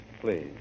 Please